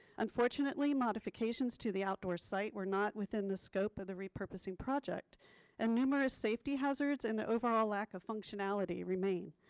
unfortunately modifications to the outdoor site were not within the scope of the repurposing project and numerous safety hazards and the overall lack of functionality remain.